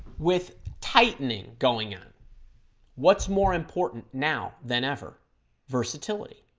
with tightening going in what's more important now than ever versatility